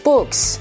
Books